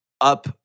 up